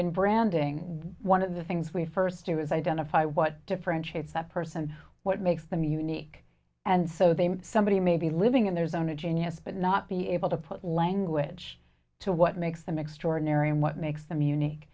when branding one of the things we first do is identify what differentiates that person what makes them unique and so they somebody may be living in their zone a genius but not be able to put language to what makes them extraordinary and what makes them unique